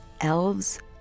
elves